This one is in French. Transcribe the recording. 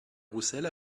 roussel